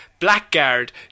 Blackguard